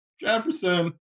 Jefferson